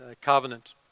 covenant